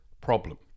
problem